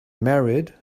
married